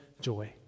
joy